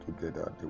together